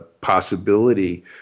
possibility